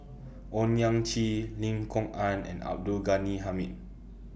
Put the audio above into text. Owyang Chi Lim Kok Ann and Abdul Ghani Hamid